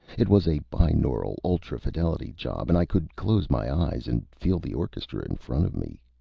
it was a binaural, ultra-fidelity job, and i could close my eyes and feel the orchestra in front of me.